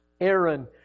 Aaron